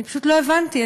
אני פשוט לא הבנתי.